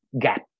gap